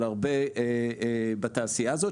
של הרבה בתעשייה הזאת,